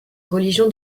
religion